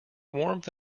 warmth